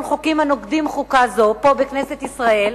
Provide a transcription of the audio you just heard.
חוקים הנוגדים חוקה זו פה בכנסת ישראל,